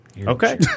Okay